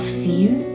fear